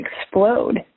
explode